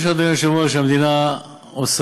אני חושב, אדוני היושב-ראש, שהמדינה עושה.